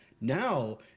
now